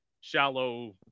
shallow